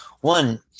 One